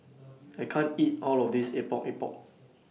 I can't eat All of This Epok Epok